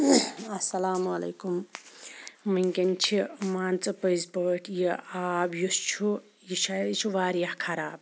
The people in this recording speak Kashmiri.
اسلام علیکُم وٕنکیٚن چھِ مان ژٕ پٔزۍ پٲٹھۍ یہِ آب یُس چھُ یہِ چھُ آ یہِ چھُ واریاہ خَراب